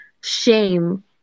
shame